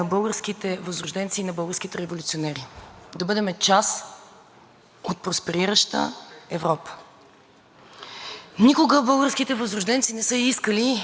Никога българските възрожденци не са искали ние да имаме проруска нагласа, нито да запазваме неутралитет. (Реплики.)